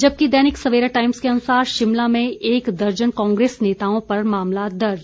जबकि दैनिक सवेरा टाइम्स के अनुसार शिमला में एक दर्जन कांग्रेस नेताओं पर मामला दर्ज